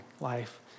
life